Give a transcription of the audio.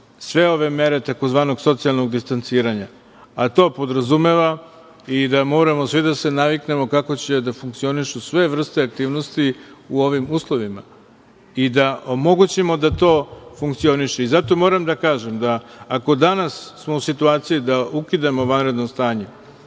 sve ove mare tzv. socijalnog distanciranja, a to podrazumeva i da moramo da se svi naviknemo kako će da funkcionišu sve vrste aktivnosti u ovim uslovima i da omogućimo da to funkcioniše. Zato moram da kažem da ako smo danas u situaciji da ukidamo vanredno stanje